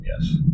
yes